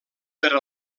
per